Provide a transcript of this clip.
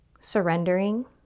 surrendering